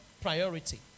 priority